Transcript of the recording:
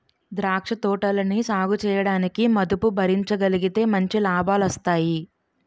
ద్రాక్ష తోటలని సాగుచేయడానికి మదుపు భరించగలిగితే మంచి లాభాలొస్తాయి